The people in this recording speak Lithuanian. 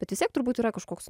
bet vis tiek turbūt yra kažkoks